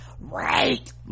right